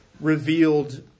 revealed